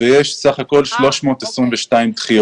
ויש בסך הכול 322 דחיות.